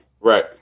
Right